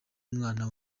umwana